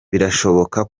birashoboka